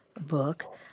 book